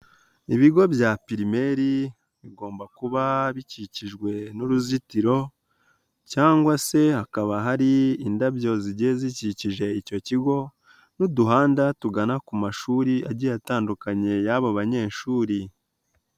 Ibigo bya pirimeri bigomba kuba bikikijwe n'uruzitiro cyangwa se hakaba hari indabyo zigiye zikikije icyo kigo n'uduhanda tugana ku mashuri agiye atandukanye y'abo banyeshuri.